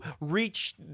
reach